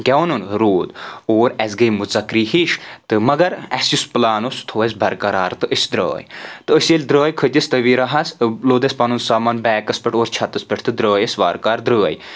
کیاہ اوٚنن روٗد اور اسہِ گٔے مُژکری ہِش تہٕ مگر اسہِ یُس پٕلان اوس سُہ تھوو اسہِ برقرار تہٕ أسۍ درٛاے تہٕ أسۍ ییٚلہِ درٛاے کھٔتۍ أسۍ تَویرہس لوٚد اسہِ پَنُن سامان بیٚکس پیٹھ اوس چَھتس پیٹھ تہٕ درٛاے أسۍ وارٕ کارٕ درٛاے